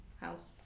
house